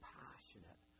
passionate